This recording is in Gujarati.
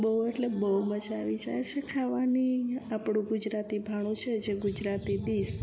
બહુ એટલે બહુ મજા આવી જાય છે ખાવાની આપણું ગુજરાતી ભાણું છે જે ગુજરાતી ડીશ